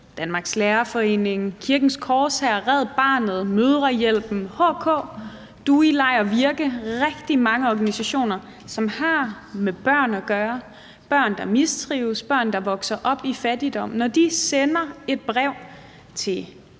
Danmarks Lærerforening, Kirkens Korshær, Red Barnet, Mødrehjælpen, HK, DUI-LEG og VIRKE – rigtig mange organisationer, som har med børn at gøre, børn, der mistrives, børn, der vokser op i fattigdom – sender et brev til